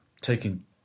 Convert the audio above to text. taking